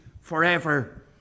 forever